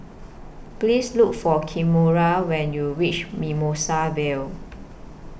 Please Look For Kimora when YOU REACH Mimosa Vale